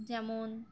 যেমন